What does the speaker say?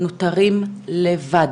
נשארים לבד.